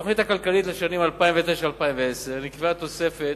בתוכנית הכלכלית לשנים 2009 ו-2010 נקבעה תוספת